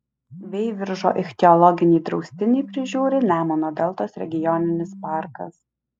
veiviržo ichtiologinį draustinį prižiūri nemuno deltos regioninis parkas